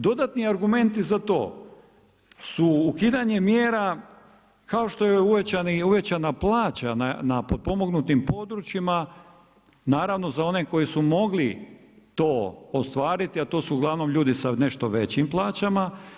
Dodatni argumenti za to su ukidanje mjera kao što je uvećana plaća na potpomognutim područjima naravno za one koji su mogli to ostvariti, a to uglavnom ljudi sa nešto većim plaćama.